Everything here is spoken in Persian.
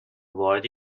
وارد